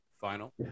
final